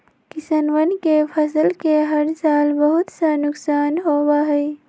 किसनवन के फसल के हर साल बहुत सा नुकसान होबा हई